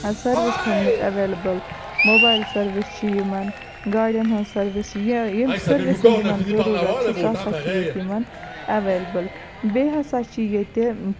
service تھٲمٕژ available mobile service چھِ یِمن گاڑٮ۪ن ہٕنٛز سٔروِس چھِ یمہِ سٔروِس ہٕنٛز یِمَن ضروٗرَت چھِ سۄ ہَسا چھِ ییٚتہِ یِمَن ایٚولیبٕل بیٚیہِ ہَسا چھِ ییٚتہِ